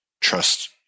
trust